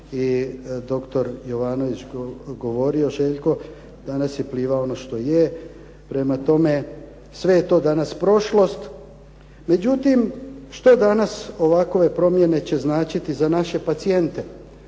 doktor Jovanović Željko govorio, danas je Pliva ono što je. prema tome, sve je to danas prošlost. Međutim, što danas ovakve promjene će značiti za naše pacijente?